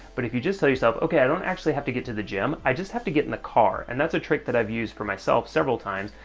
but if you just tell yourself, okay, i don't actually have to get to the gym, i just have to get in the car, and that's a trick that i've used for myself several times,